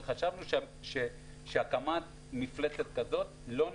וחשבנו שהקמת מפלצת כזאת לא נחוצה.